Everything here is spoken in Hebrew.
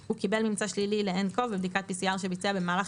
"הוא קיבל ממצא שלילי ל-nCoV בבדיקת PCR שביצע במהלך